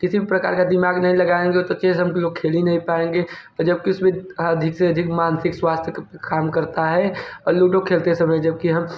किसी भी प्रकार का दिमाग नहीं लगाएंगे तो खेल हम लोग खेल ही नहीं पाएंगे तो जबकि उसमे अधिक से अधिक मानसिक स्वास्थय काम करता है और लूडो खेलते समय जबकि हम